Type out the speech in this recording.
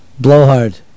blowhard